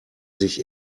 sich